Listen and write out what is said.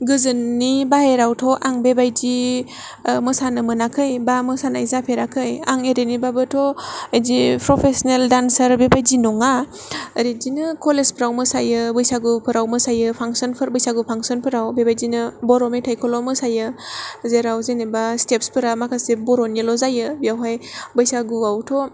गोजोननि बाहेरायावथ' आं बेबादि मोसानो मोनाखै बा मोसानाय जाफेराखै आं एरैनोबाबोथ' बिदि प्रफेसिनेल दानसार बिबादि नङा बिदिनो कलेजफोराव मोसायो बैसागुफोराव मोसायो फान्कसनफोर बैसागु फान्कसनफोराव बेबादिनो बर' मेथाइखौल' मोसायो जेराव जेनैबा स्टेपसफोरा माखासे बर'निल' जायो बेवहाय बैसागुआवथ'